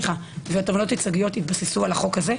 הן התבססו רק על החוק הזה?